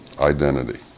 identity